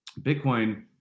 Bitcoin